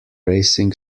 racing